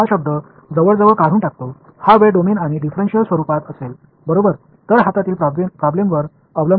அடிப்படையில் இந்த யோசனையைப் பயன்படுத்தி ஃபின்னிட் டிஃபரெண்ஸ் எனவே இந்த வார்த்தை கிட்டத்தட்ட அதை விட்டுவிடுவதால் இது டைம் டொமைன் மற்றும் வேறுபட்ட வடிவத்தில்